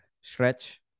stretch